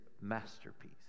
masterpiece